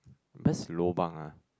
best lobang ah